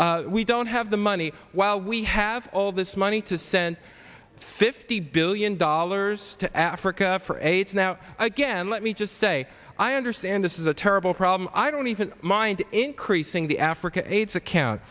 six we don't have the money while we have all this money to send fifty billion dollars to africa for aids now again let me just say i understand this is a terrible problem i don't even mind increasing the africa aids account